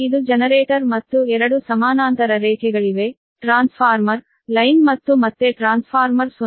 ಇದು ಜನರೇಟರ್ ಮತ್ತು ಎರಡು ಸಮಾನಾಂತರ ರೇಖೆಗಳಿವೆ ಟ್ರಾನ್ಸ್ಫಾರ್ಮರ್ ಲೈನ್ ಮತ್ತು ಮತ್ತೆ ಟ್ರಾನ್ಸ್ಫಾರ್ಮರ್ 0